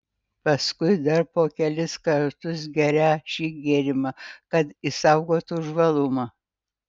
paskui dar po kelis kartus gerią šį gėrimą kad išsaugotų žvalumą